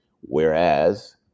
Whereas